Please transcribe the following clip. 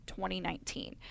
2019